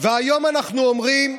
והיום אנחנו אומרים: